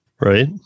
Right